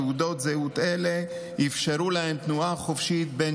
תעודות זהות אלה אפשרו להם תנועה חופשית בין